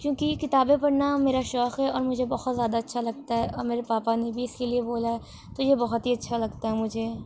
کیونکہ کتابیں پڑھنا میرا شوق ہے اور مجھے بہت زیادہ اچھا لگتا ہے اور میرے پاپا نے بھی اس کے لئے بولا ہے تو یہ بہت ہی اچھا لگتا ہے مجھے